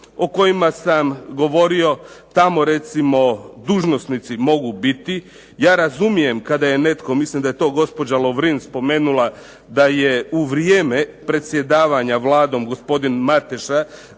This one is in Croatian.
o kojima sam govorio tamo recimo dužnosnici mogu biti. Ja razumijem kada je netko, mislim da je to gospođa Lovrin spomenula da je u vrijeme predsjedavanja Vladom gospodin Mateša